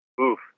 Oof